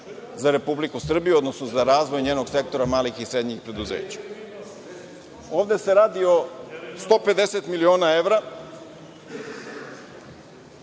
za Republiku Srbiju, odnosno za razvoj njenog sektora malih i srednjih preduzeća. Ovde se radi o 150 miliona evra,